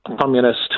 communist